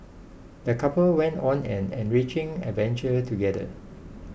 the couple went on an enriching adventure together